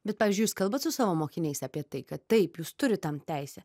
bet pavyzdžiui jūs kalbat su savo mokiniais apie tai kad taip jūs turit tam teisę